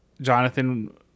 Jonathan